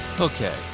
Okay